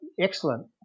excellent